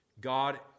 God